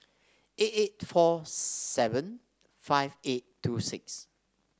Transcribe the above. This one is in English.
eight eight four seven five eight two six